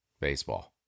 baseball